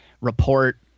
report